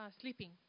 Sleeping